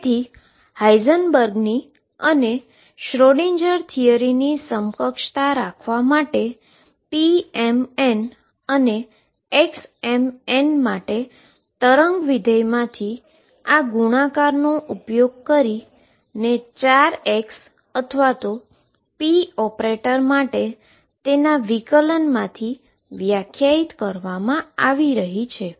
તેથી હાઈઝનબર્ગની અને શ્રોડિંજરSchrödinger થિયરીની સમકક્ષતા રાખવા માટે pmn અને xmn માટે વેવ ફંક્શનમાંથી ગુણાકારનો ઉપયોગ કરીને ચાર x અથવા p ઓપરેટર માટે તેના ડીફરન્શીઅલમાંથી વ્યાખ્યાયિત કરવામાં આવી છે